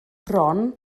bron